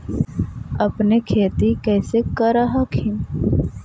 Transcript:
अपने खेती कैसे कर हखिन?